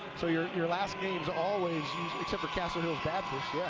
so your your last game always, except for castle hills baptist,